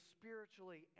spiritually